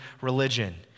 religion